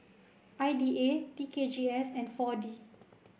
I D A T K G S and four D